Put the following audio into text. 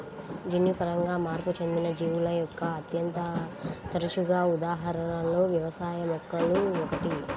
జన్యుపరంగా మార్పు చెందిన జీవుల యొక్క అత్యంత తరచుగా ఉదాహరణలలో వ్యవసాయ మొక్కలు ఒకటి